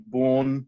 born